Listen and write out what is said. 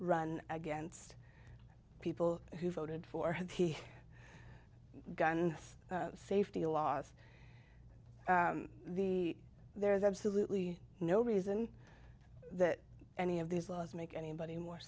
run against people who voted for him gun safety laws the there is absolutely no reason that any of these laws make anybody more